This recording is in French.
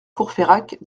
courfeyrac